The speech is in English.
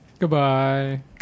Goodbye